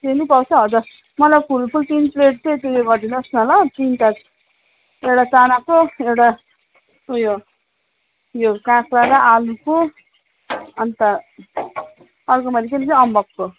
हेर्नुपर्छ हजुर मलाई फुल फुल तिन प्लेट चाहिँ त्यो उयो गर्दिनुहोस् न ल तिनटा एउटा चानाको एउटा उयो यो काँक्रा र आलुको अन्त अर्को मैले के भने अम्बकको